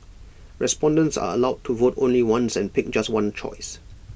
respondents are allowed to vote only once and pick just one choice